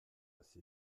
c’est